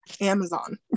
Amazon